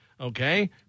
Okay